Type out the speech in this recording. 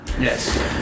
Yes